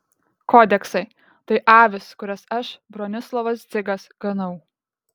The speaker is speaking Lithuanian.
kodeksai tai avys kurias aš bronislovas dzigas ganau